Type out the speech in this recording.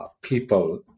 people